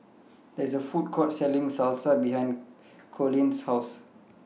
There IS A Food Court Selling Salsa behind Coleen's House